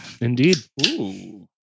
Indeed